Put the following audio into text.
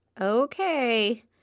Okay